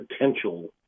potential